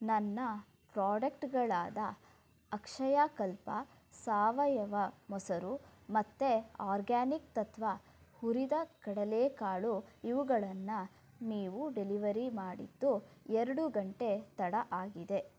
ನನ್ನ ಪ್ರಾಡಕ್ಟ್ಗಳಾದ ಅಕ್ಷಯಾಕಲ್ಪ ಸಾವಯವ ಮೊಸರು ಮತ್ತು ಆರ್ಗ್ಯಾನಿಕ್ ತತ್ತ್ವ ಹುರಿದ ಕಡಲೇಕಾಳು ಇವುಗಳನ್ನು ನೀವು ಡೆಲಿವರಿ ಮಾಡಿದ್ದು ಎರಡು ಗಂಟೆ ತಡ ಆಗಿದೆ